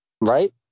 right